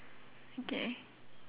okay